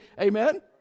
amen